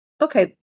Okay